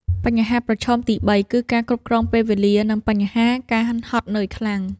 បញ្ហាប្រឈមទី៣ គឺការគ្រប់គ្រងពេលវេលា និងបញ្ហាការហត់នឿយខ្លាំង។